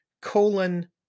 colon